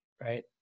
Right